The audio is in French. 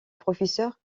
professeur